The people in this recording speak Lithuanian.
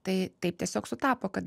tai taip tiesiog sutapo kad